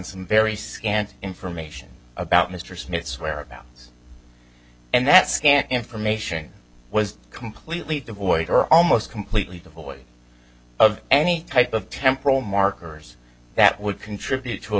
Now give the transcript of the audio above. some very scant information about mr smith's whereabouts and that scant information was completely devoid or almost completely devoid of any type of temporal markers that would contribute to a